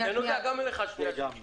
לבין מצב שלא הושגה הסכמה.